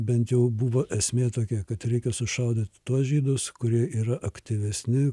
bent jau buvo esmė tokia kad reikia sušaudyti tuos žydus kurie yra aktyvesni